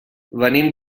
venim